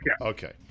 Okay